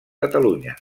catalunya